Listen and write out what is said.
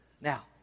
Now